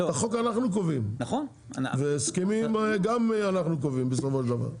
את החוק אנחנו קובעים והסכמים גם אנחנו קובעים בסופו של דבר.